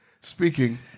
Speaking